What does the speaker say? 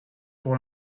pour